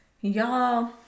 y'all